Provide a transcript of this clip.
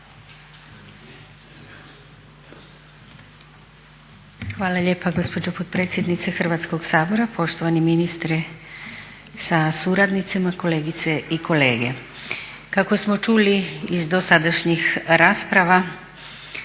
Hvala lijepa gospođo potpredsjednice Hrvatskog sabora. Poštovani ministre sa suradnicima, kolegice i kolege. Kako smo čuli iz dosadašnjih rasprava